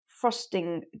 frosting